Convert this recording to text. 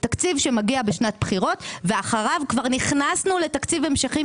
תקציב שמגיע בשנת בחירות ואחריו נכנסנו לתקציב המשכי,